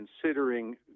considering